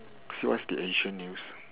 so what's the asian news